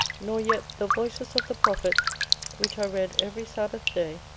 nor yet the voices of the prophets which are read every sabbath day,